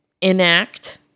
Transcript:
enact